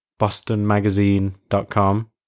bostonmagazine.com